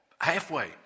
halfway